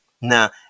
Now